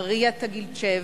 מריה טגילצ'ב,